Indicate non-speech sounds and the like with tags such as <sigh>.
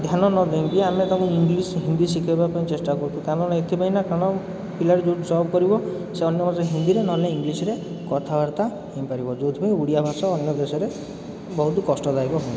ଧ୍ୟାନ ନ ଦେଇକି ଆମେ ତାଙ୍କୁ ଇଂଲିଶ୍ ହିନ୍ଦୀ ଶିଖେଇବା ପାଇଁ ଚେଷ୍ଟା କରୁଛୁ କାରଣ ଏଥିପାଇଁନା କାରଣ ପିଲାଟି ଯେଉଁଠି ଜବ୍ କରିବ ସେମାନେ <unintelligible> ହିନ୍ଦୀରେ ନହେଲେ ଇଂଲିଶ୍ରେ କଥାବାର୍ତ୍ତା ହେଇପାରିବ ଯେଉଁଥିପାଇଁ ଓଡ଼ିଆ ଭାଷା ଅନ୍ୟ ଦେଶରେ ବହୁତ କଷ୍ଟଦାୟକ ହୁଏ